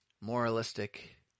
Moralistic